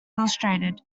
illustrated